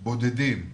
בודדים,